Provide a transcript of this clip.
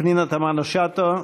פנינה תמנו-שטה,